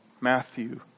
Matthew